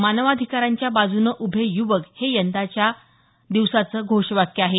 मानवाधिकारांच्या बाजून उभे युवक हे यंदाच्या दिवसाचा विषय आहे